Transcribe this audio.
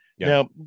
Now